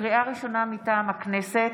לקריאה ראשונה, מטעם הכנסת: